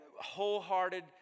wholehearted